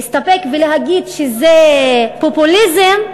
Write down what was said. להסתפק בלהגיד שזה פופוליזם,